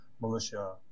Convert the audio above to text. militia